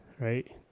right